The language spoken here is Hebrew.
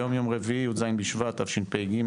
היום יום רביעי י"ז בשבט תשפ"ג,